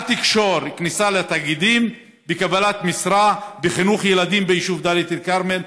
אל תקשור קבלת משרה בחינוך ילדים בכניסה לתאגידים ביישוב דאלית אל-כרמל.